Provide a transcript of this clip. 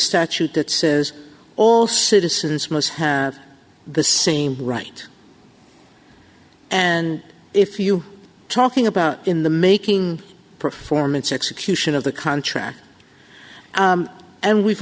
statute that says all citizens must the same right and if you talking about in the making performance execution of the contract and we've